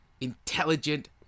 intelligent